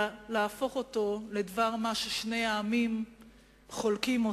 להפוך אותו לדבר מה ששני העמים חולקים,